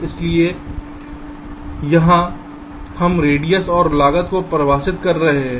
इसलिए यहां हम रेडियस और लागत को परिभाषित कर रहे हैं